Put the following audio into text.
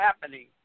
happening